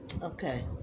Okay